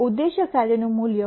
ઉદ્દેશ્ય કાર્યનું મૂલ્ય 2